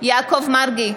יעקב מרגי,